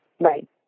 Right